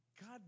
God